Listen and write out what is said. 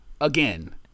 again